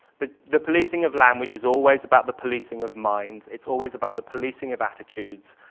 the the policing of language is always about the policing of minds. it's always about the policing of attitudes,